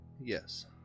Yes